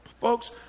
folks